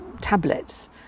tablets